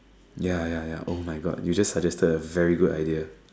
ya ya ya [oh]-my-God you just suggested a very good idea